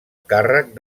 càrrec